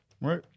Right